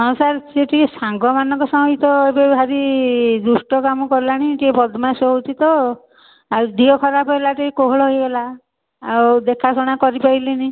ହଁ ସାର୍ ସିଏ ଟିକିଏ ସାଙ୍ଗମାନଙ୍କ ସହିତ ଏବେ ଭାରି ଦୁଷ୍ଟ କାମ କଲାଣି ଟିକିଏ ବଦମାସ ହେଉଛି ତ ଆଉ ଦେହ ଖରାପ ହେଲା ଠି କୋହଳ ହେଇଗଲା ଆଉ ଦେଖାଶୁଣା କରିପାରିଲିନି